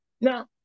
Now